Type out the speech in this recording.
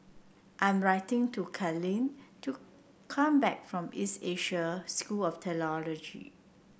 I'm writing to Kathleen to come back from East Asia School of Theology